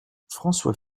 françois